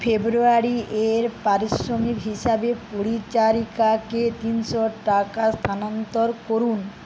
ফেব্রুয়ারির পারিশ্রমিক হিসাবে পরিচারিকাকে তিনশো টাকা স্থানান্তর করুন